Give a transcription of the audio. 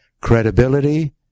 credibility